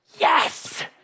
yes